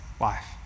life